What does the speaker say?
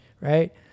right